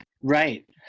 Right